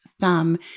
thumb